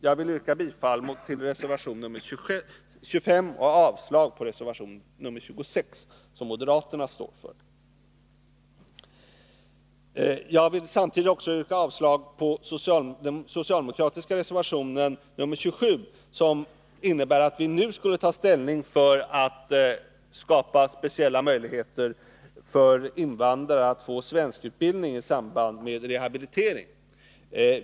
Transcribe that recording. Jag vill yrka bifall till reservation 25 och avslag på reservation 26, som moderaterna står för. Jag vill samtidigt också yrka avslag på den socialdemokratiska reservationen 27, som innebär att vi nu skulle ta ställning för att skapa speciella möjligheter för invandrare att få svenskutbildning i samband med rehabilitering.